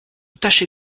tâcher